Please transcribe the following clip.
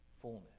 fullness